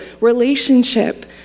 relationship